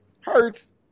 Hurts